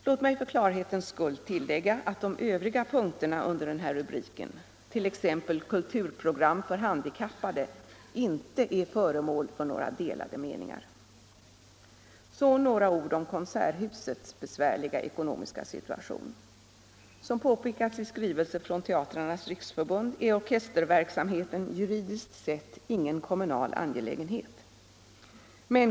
Låt mig för klarhetens skulle tillägga att de övriga punkterna under denna rubrik, t.ex. kulturprogram för handikappade, inte är föremål för några delade meningar. 131 Så några ord om Konserthusets besvärliga ekonomiska situation. Som påpekats i skrivelse från Teatrarnas riksförbund är orkesterverksamheten juridiskt sett ingen kommunal angelägenhet.